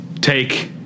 take